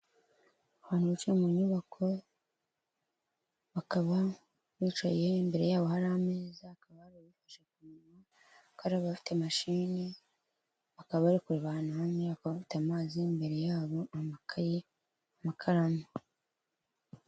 Abantu benshi mu nyubako bakaba bicaye imbere yabo hari ameza akaba hari bifashe kuwa kabafite maci akabare kure abantu ahantu bamwe baka bafite amazi imbere yabo amakaye amakaramu.